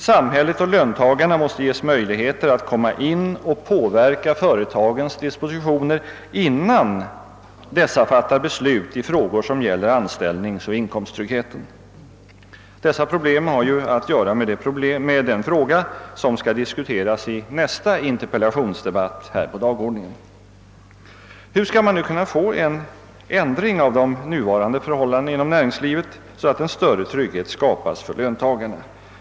Samhället och löntagarna måste ges möjligheter att påverka företagens dispositioner innan dessa fattar beslut i frågor som gäller anställningsoch inkomsttryggheten. Dessa problem har att göra med den fråga som här skall diskuteras vid nästa interpellationsdebatt på dagordningen. Hur skall man kunna få till stånd en ändring av de nuvarande förhållandena inom näringslivet, så att större trygghet skapas för löntagarna?